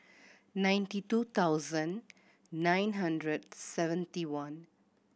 ninety two thousand nine hundred seventy one